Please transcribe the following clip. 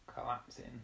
collapsing